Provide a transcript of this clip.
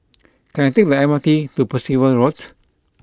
can I take the M R T to Percival Road